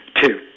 two